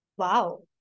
wow